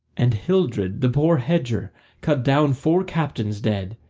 and hildred the poor hedger cut down four captains dead,